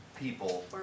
people